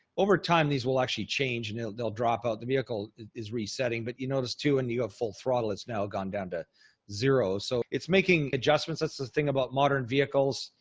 over time, these will actually change and they'll they'll drop out. the vehicle is resetting, but you notice too, when and you have full throttle, it's now gone down to zero. so it's making adjustments. that's the thing about modern vehicles,